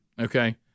Okay